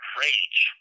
rage